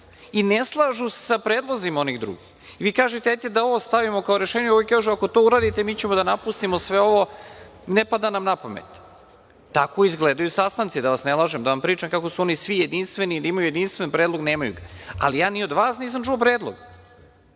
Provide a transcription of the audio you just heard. i ne slažu se sa predlozima onih drugih. Vi kažete – hajde da ovo stavimo kao rešenje, ovi kažu – ako to uradite, mi ćemo da napustimo sve ovo, ne pada nam napamet. Tako izgledaju sastanci. Da vas ne lažem, da vam pričam kako su oni svi jedinstveni i da imaju jedinstveni predlog, nemaju. Ja ni od vas nisam čuo predlog. Imali